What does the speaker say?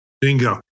Bingo